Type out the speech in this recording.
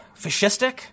fascistic